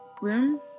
room